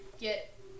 get